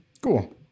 Cool